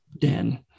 den